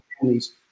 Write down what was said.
families